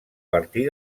partir